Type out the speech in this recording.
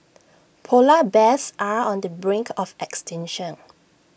Polar Bears are on the brink of extinction